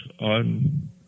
on